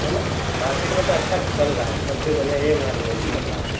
नहीं ना मार्केट में तो अच्छा चल रहा है सबसे बढ़िया यह मोबाइल अभी अभी चल रहा है